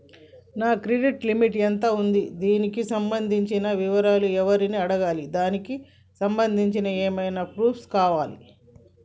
నా credit limit ఎంత ఉంది? దానికి సంబంధించిన వివరాలు ఎవరిని అడగాలి? దానికి సంబంధించిన ఏమేం ప్రూఫ్స్ కావాలి?